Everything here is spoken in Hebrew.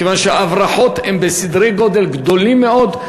כיוון שההברחות הן בסדרי-גודל גדולים מאוד,